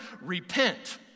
repent